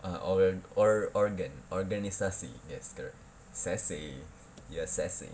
ah or or organ organisasi yes correct sassy you are sassy